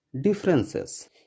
differences